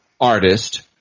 artist